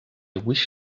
wish